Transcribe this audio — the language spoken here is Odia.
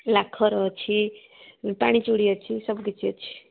ଲାଖର ଅଛି ପାଣି ଚୁଡ଼ି ଅଛି ସବୁ କିଛି ଅଛି